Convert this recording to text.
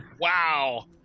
Wow